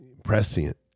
prescient